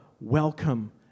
welcome